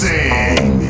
Sing